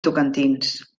tocantins